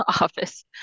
office